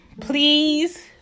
please